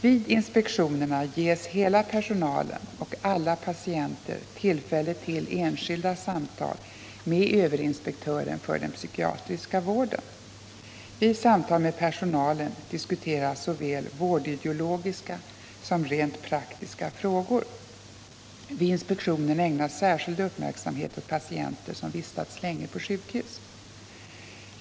Vid inspektionerna ges hela personalen och alla patienter tillfälle till enskilda samtal med överinspektören för den psykiatriska vården. Vid samtal med personalen diskuteras såväl vårdideologiska som rent praktiska frågor. Vid inspektionen ägnas särskild uppmärksamhet åt patienter som vistats länge på sjukhus.